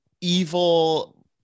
evil